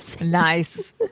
Nice